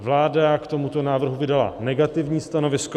Vláda k tomuto návrhu vydala negativní stanovisko.